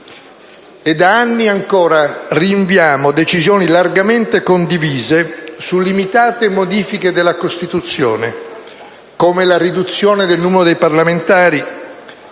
Da anni - ancora - rinviamo decisioni largamente condivise su limitate modifiche della Costituzione, come la riduzione del numero dei parlamentari,